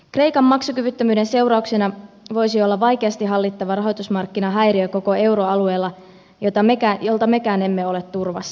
kreikan maksukyvyttömyyden seurauksena voisi olla vaikeasti hallittava rahoitusmarkkinahäiriö koko euroalueella jolta mekään emme ole turvassa